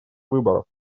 выборов